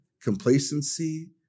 complacency